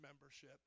membership